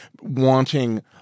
wanting